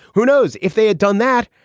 who knows if they had done that?